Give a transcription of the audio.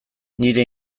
nire